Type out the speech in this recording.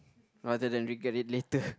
rather than regret it later